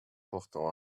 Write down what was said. portant